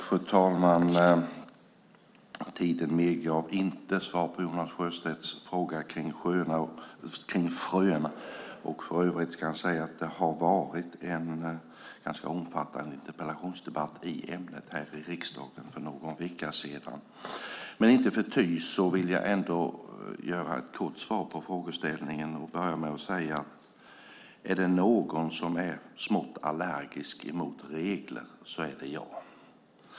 Fru talman! Tiden medgav inte något svar på Jonas Sjöstedts fråga om fröerna. Det var en ganska omfattande interpellationsdebatt i ämnet för någon vecka sedan. Jag vill ändå svara kort på frågan. Är det någon som är smått allergisk mot regler så är det jag.